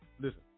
listen